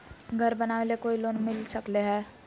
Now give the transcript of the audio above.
घर बनावे ले कोई लोनमिल सकले है?